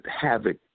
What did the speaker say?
Havoc